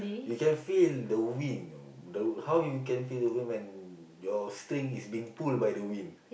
you can feel the wind you know the how you can feel the wind when your string is been pulled by the wind